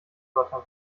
wörtern